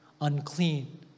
unclean